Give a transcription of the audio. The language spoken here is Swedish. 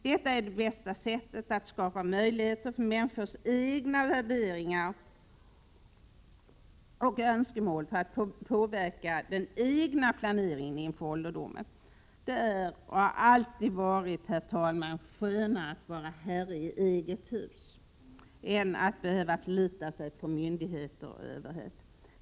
Detta är det bästa sättet att skapa möjligheter för människors egna värderingar och önskemål för att påverka den egna planeringen inför ålderdomen. Det är och har alltid varit, 19 herr talman, skönare att vara ”herre i eget hus” än att behöva förlita sig på myndigheter och överhet.